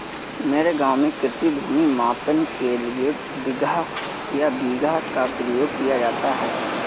मेरे गांव में कृषि भूमि मापन के लिए बिगहा या बीघा का प्रयोग किया जाता है